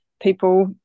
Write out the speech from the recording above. people